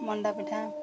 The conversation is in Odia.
ମଣ୍ଡା ପିଠା